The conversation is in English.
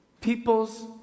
people's